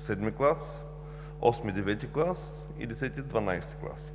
VII клас, VIII – IХ клас, и Х – ХII клас.